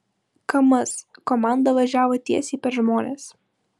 kamaz komanda važiavo tiesiai per žmones